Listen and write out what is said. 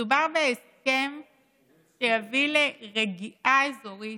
מדובר בהסכם שיביא לרגיעה אזורית,